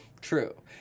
True